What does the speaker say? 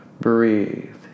Breathe